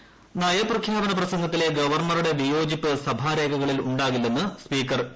governor speaker നയപ്രഖ്യാപന പ്രസംഗത്തിലെ ഗവർണറുടെ വിയോജിപ്പ് സഭാരേഖകളിൽ ഉണ്ടാകില്ലെന്ന് സ്പീക്കർ പി